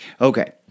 Okay